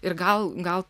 ir gal gal